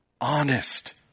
honest